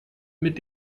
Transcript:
mit